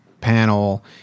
panel